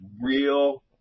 real